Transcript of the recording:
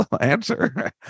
answer